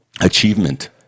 achievement